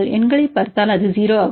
எண்களைப் பார்த்தால் அது 0 ஆகும்